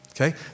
Okay